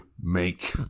Make